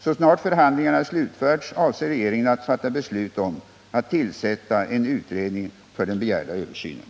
Så snart förhandlingarna slutförts avser regeringen att fatta beslut om att tillsätta en utredning för den begärda översynen.